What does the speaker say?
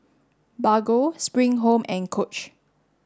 Bargo Spring Home and Coach